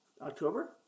October